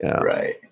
right